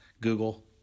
Google